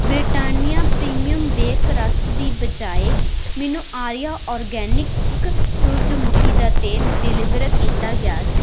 Britannia premium bake rusk ਦੀ ਬਜਾਏ ਮੈਨੂੰ ਆਰੀਆ ਆਰਗੈਨਿਕ ਸੂਰਜਮੁਖੀ ਦਾ ਤੇਲ ਡਿਲੀਵਰ ਕੀਤਾ ਗਿਆ ਸੀ